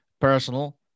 personal